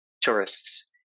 tourists